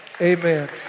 Amen